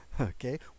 Okay